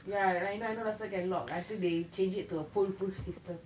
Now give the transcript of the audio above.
ya right I know last time can lock until they changed it to a foolproof system